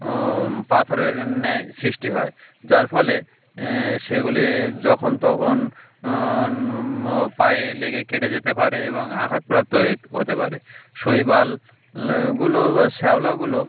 পাথরের ন্যায় সৃষ্টি হয় যার ফলে সেগুলি যখন তখন পায়ে লেগে কেটে যেতে পারে এবং আঘাতপ্রাপ্ত হতে পারে শৈবালগুলো বা শেওলাগুলো